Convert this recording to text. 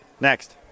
Next